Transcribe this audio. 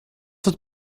het